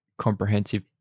comprehensive